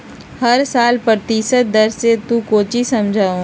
हर साल प्रतिशत दर से तू कौचि समझा हूँ